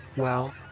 well,